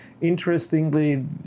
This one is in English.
Interestingly